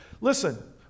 listen